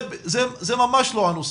זה ממש לא הנושא,